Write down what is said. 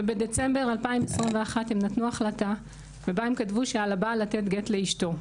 ובדצמבר 2021 הם נתנו החלטה ובה הם כתבו שעל הבעל לתת גט לאשתו.